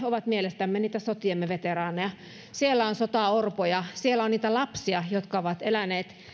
ovat mielestämme niitä sotiemme veteraaneja siellä on sotaorpoja siellä on niitä lapsia jotka ovat eläneet